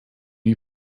you